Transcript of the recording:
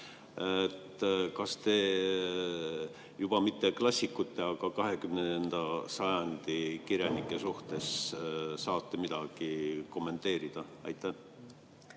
Kas te mitte klassikute, vaid juba 20. sajandi kirjanike suhtes saate midagi kommenteerida? Mina